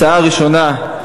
הצעה ראשונה,